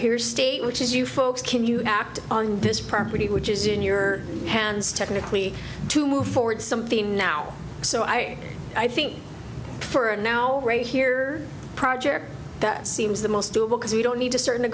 here state which is you folks can you act on this property which is in your hands technically to move forward something now so i i think for now right here project that seems the most ill because you don't need to start